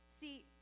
See